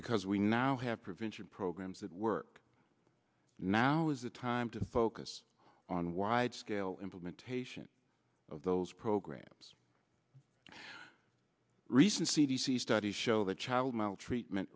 because we now have prevention programs that work now is the time to focus on wide scale implementation of those programs recent cd studies show that child maltreatment